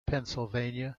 pennsylvania